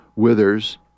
withers